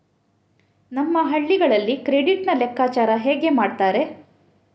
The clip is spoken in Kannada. ನಮ್ಮ ಹಳ್ಳಿಗಳಲ್ಲಿ ಕ್ರೆಡಿಟ್ ನ ಲೆಕ್ಕಾಚಾರ ಹೇಗೆ ಮಾಡುತ್ತಾರೆ?